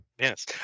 Yes